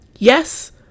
Yes